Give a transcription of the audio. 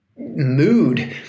mood